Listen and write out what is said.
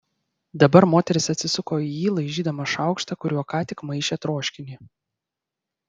dabar moteris atsisuko į jį laižydama šaukštą kuriuo ką tik maišė troškinį